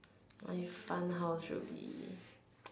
my fun house should be